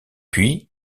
puis